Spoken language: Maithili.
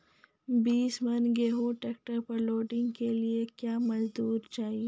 बीस मन गेहूँ ट्रैक्टर पर लोडिंग के लिए क्या मजदूर चाहिए?